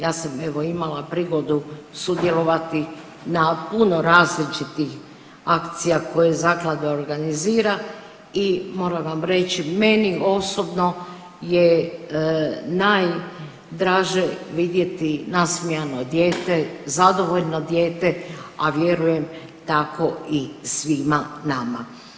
Ja sam evo imala prigodu sudjelovati na puno različitih akcija koje zaklada organizira i moram vam reći, meni osobno je najdraže vidjeti nasmijano dijete, zadovoljno dijete, a vjerujem tako i svima nama.